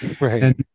right